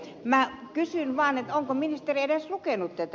kysyn vaan onko ministeri edes lukenut tätä